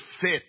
fit